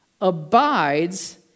abides